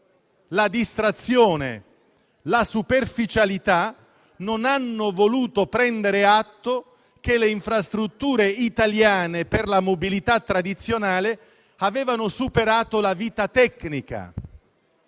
la distrazione e la superficialità non hanno voluto prendere atto che le infrastrutture italiane per la mobilità tradizionale avevano superato la loro vita tecnica.